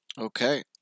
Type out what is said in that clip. Okay